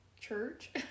church